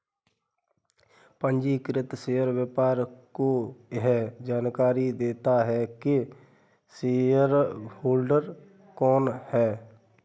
पंजीकृत शेयर व्यापार को यह जानकरी देता है की शेयरहोल्डर कौन है